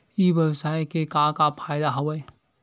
ई व्यवसाय के का का फ़ायदा हवय?